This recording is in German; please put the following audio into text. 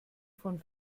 von